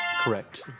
Correct